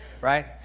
right